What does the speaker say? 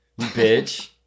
Bitch